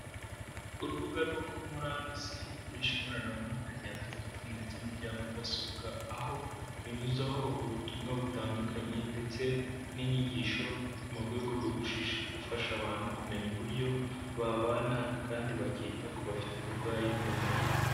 Urubuga rwo kuri murandasi, rukoresha ikoranabuhanga rya telefoni ndetse n'irya mudasobwa, aho runyuzaho ubutumwa butandukanye ndetse n'inyigisho, mu rwego rwo gufasha abantu, kumenya uburyo babana kandi bakita ku bafite uburwayi bwo mu mutwe.